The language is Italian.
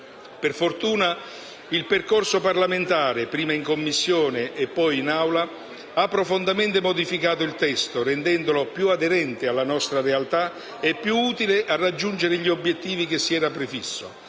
Per fortuna il percorso parlamentare, prima in Commissione e poi in Assemblea, ha profondamente modificato il testo, rendendolo più aderente alla nostra realtà e più utile a raggiungere gli obiettivi che si era prefisso,